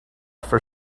for